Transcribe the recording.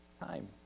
Time